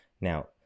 Now